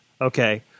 okay